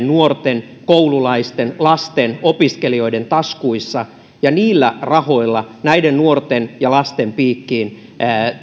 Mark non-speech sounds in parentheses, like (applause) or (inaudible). (unintelligible) nuorten koululaisten lasten opiskelijoiden taskuissa ja niillä rahoilla näiden nuorten ja lasten piikkiin